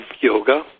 yoga